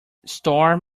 storm